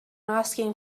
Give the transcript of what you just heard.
asking